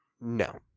No